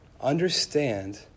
understand